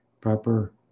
proper